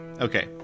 Okay